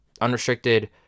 unrestricted